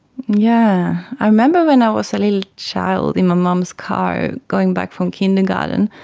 yeah. i remember when i was a little child in my mum's car, going back from kindergarten,